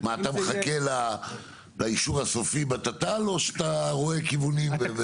אתה מחכה לאישור הסופי בתת"ל או שאתה רואה כיוונים?